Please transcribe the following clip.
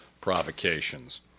provocations